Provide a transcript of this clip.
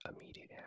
immediate